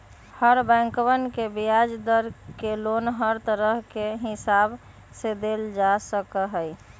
हर बैंकवन के ब्याज दर के लोन हर तरह के हिसाब से देखल जा सका हई